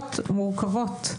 מוגבלויות מורכבות.